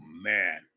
man